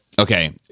Okay